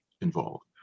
involved